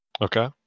Okay